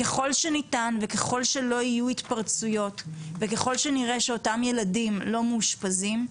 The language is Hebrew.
ככל שניתן וככל שלא יהיו התפרצויות וככל שנראה שאותם ילדים מאושפזים,